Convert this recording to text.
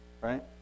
Right